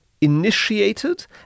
initiated